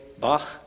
Bach